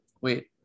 Wait